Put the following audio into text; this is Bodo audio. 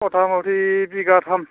मथा मथि बिघा थाम